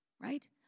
Right